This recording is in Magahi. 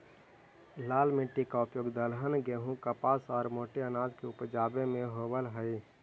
लाल मिट्टी का उपयोग दलहन, गेहूं, कपास और मोटे अनाज को उपजावे में होवअ हई